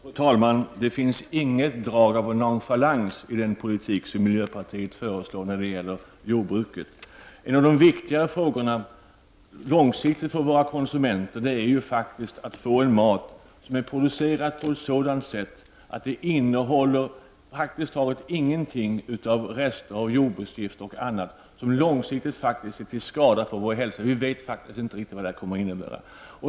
Fru talman! Det finns inget drag av nonchalans i den politik som miljöpartiet föreslår när det gäller jordbruket. En av de viktigare frågorna långsiktigt för våra konsumenter är att få mat som är producerad på ett sådant sätt att den praktiskt taget inte innehåller några rester av jordbruksgifter, som på lång sikt är till skada för vår hälsa. Vi vet inte riktigt vad de kommer att innebära.